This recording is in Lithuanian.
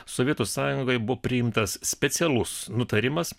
sovietų sąjungoje buvo priimtas specialus nutarimas